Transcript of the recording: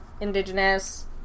indigenous